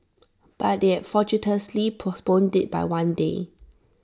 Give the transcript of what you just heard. but they had fortuitously postponed IT by one day